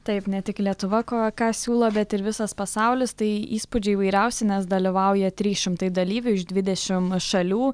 taip ne tik lietuva ko ką siūlo bet ir visas pasaulis tai įspūdžiai įvairiausi nes dalyvauja trys šimtai dalyvių iš dvidešim šalių